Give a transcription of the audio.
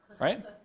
right